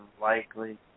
likely